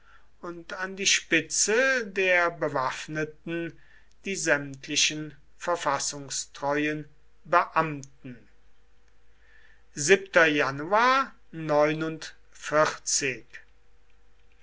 und an die spitze der bewaffneten die sämtlichen verfassungstreuen beamten